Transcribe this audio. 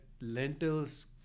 lentils